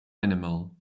animal